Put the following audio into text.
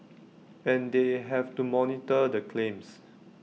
and they have to monitor the claims